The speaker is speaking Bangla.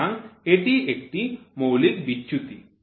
সুতরাং এটি একটি মৌলিক বিচ্যুতি